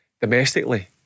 domestically